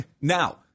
Now